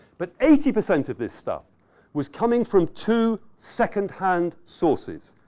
but eighty percent of this stuff was coming from two, secondhand sources.